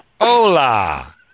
Hola